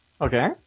Okay